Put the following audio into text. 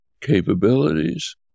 capabilities